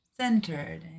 centered